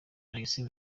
alexis